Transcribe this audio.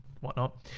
whatnot